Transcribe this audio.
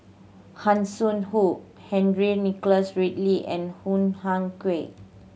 Hanson Ho Henry Nicholas Ridley and Hoo Ah Kay